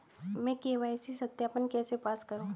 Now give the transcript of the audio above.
मैं के.वाई.सी सत्यापन कैसे पास करूँ?